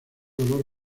olor